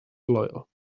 loyal